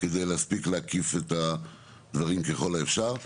כדי להספיק להקיף את הדברים ככל האפשר.